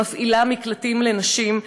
המפעילה מקלטים לנשים,